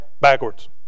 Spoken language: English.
backwards